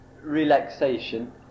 relaxation